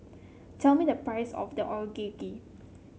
tell me the price of the Onigiri